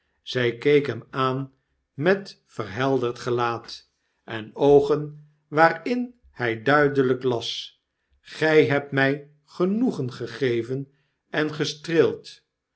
zij keek hem aan met verhelderd gelaat en oogen waarin htj duidelp las hebt my genoegen gegeven en gestreeld